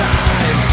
time